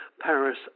Paris